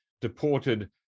deported